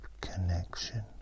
connection